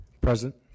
Present